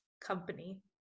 company